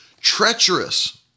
treacherous